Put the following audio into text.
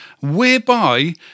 whereby